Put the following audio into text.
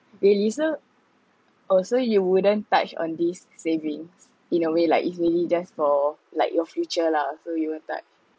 really so oh so you wouldn't touch on these savings in a way like it's really just for like your future lah so you won't touch